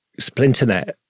splinternet